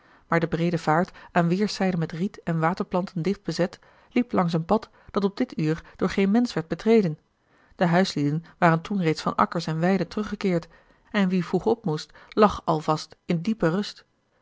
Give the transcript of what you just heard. maar de breede vaart aan a l g bosboom-toussaint de delftsche wonderdokter eel weêrszijden met riet en waterplanten dicht bezet liep langs een pad dat op dit uur door geen mensch werd betreden de huislieden waren toen reeds van akkers en weiden teruggekeerd en wie vroeg op moest lag al vast in diepe rust